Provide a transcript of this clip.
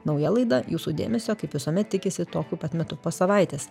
nauja laida jūsų dėmesio kaip visuomet tikisi tokiu pat metu po savaitės